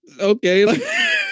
Okay